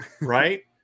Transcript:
right